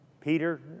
Peter